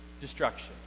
destruction